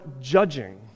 judging